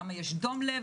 כמה יש דום לב,